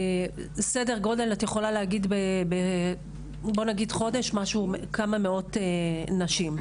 סדר גודל, בואו נגיד חודש, כמה מאות נשים.